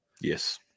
Yes